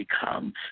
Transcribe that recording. become